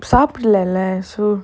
சாபுடல:saapudala lah so